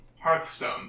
Hearthstone